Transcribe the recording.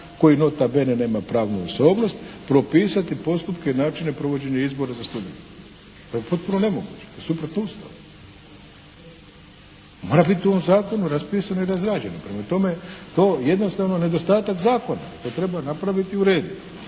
koji nota bene nema pravnu osobnost propisati postupke i načine provođenja izbora za studente. To je potpuno nemoguće. To je suprotno Ustavu. Mora biti u ovom zakonu raspisano i razrađeno. Prema tome, to je jednostavno nedostatak zakona i to treba napraviti i urediti.